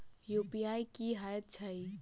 UPI की हएत छई?